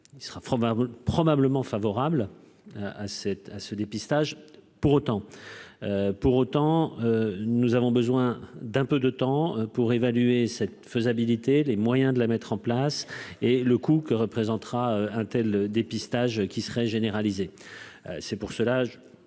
probablement favorables à cette à ce dépistage pour autant pour autant nous avons besoin d'un peu de temps pour évaluer cette faisabilité, les moyens de la mettre en place et le coût que représentera un tel dépistage qui serait généralisé, c'est pour cela